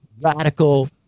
radical